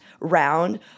round